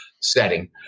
setting